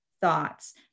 thoughts